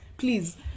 please